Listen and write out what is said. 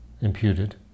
imputed